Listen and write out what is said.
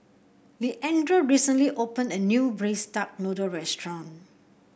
Leandra recently opened a new Braised Duck Noodle restaurant